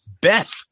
beth